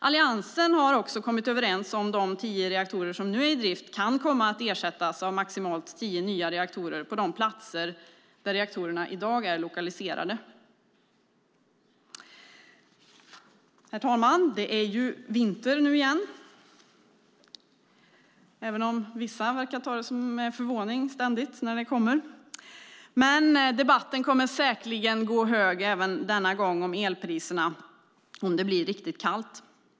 Alliansen har också kommit överens om att de tio reaktorer som nu är i drift kan komma att ersättas av maximalt tio nya reaktorer på de platser där reaktorerna i dag är lokaliserade. Herr talman! Det är nu vinter igen, även om vissa ständigt verkar förvånade när den kommer. Om det blir riktigt kallt kommer debatten om elpriserna säkerligen att gå hög även denna gång.